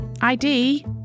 ID